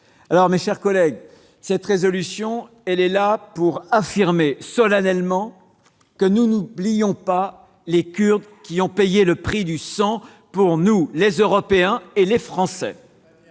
Mes chers collègues, cette proposition de résolution vise à affirmer solennellement que nous n'oublions pas les Kurdes qui ont payé le prix du sang pour nous, Européens et Français.